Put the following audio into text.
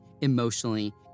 emotionally